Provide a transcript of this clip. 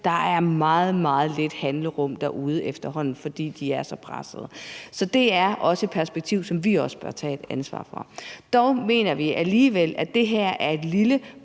der er meget, meget lidt handlerum derude efterhånden, fordi de er så pressede. Så det er også et perspektiv, som vi også bør tage et ansvar for. Dog mener vi alligevel, at det her er et lille,